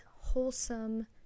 wholesome